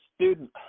student